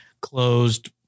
closed